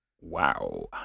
wow